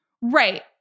Right